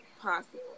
possible